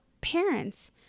parents